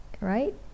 right